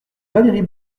valérie